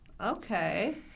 Okay